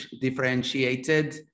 differentiated